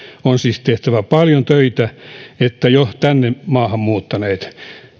on siis tehtävä paljon töitä että tänne maahan jo muuttaneet